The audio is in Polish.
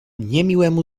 niemiłemu